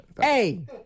Hey